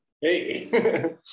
Hey